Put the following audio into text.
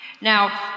Now